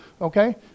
Okay